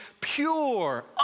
pure